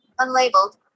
unlabeled